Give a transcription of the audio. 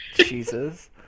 Jesus